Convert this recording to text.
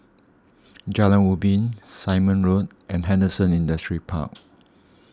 Jalan Ubin Simon Road and Henderson Industrial Park